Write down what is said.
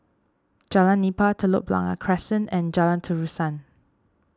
Jalan Nipah Telok Blangah Crescent and Jalan Terusan